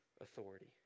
authority